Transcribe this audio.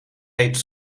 reed